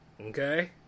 okay